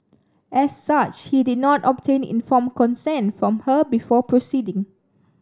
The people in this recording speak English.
as such he did not obtain informed consent from her before proceeding